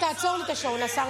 תעצור לי את השעון, השר מדבר.